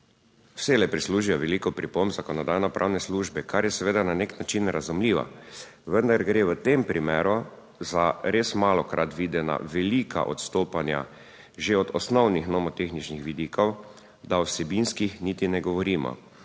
vselej prislužijo veliko pripomb Zakonodajno-pravne službe, kar je seveda na nek način razumljivo, vendar gre v tem primeru za res malokrat videna velika odstopanja že od osnovnih nomotehničnih vidikov, da o vsebinskih niti ne govorimo.